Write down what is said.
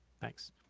Thanks